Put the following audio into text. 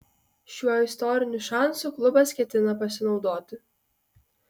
šiuo istoriniu šansu klubas ketina pasinaudoti